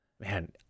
man